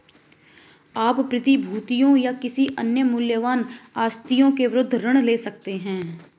आप प्रतिभूतियों या किसी अन्य मूल्यवान आस्तियों के विरुद्ध ऋण ले सकते हैं